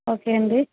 okay అండి